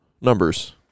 numbers